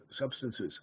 substances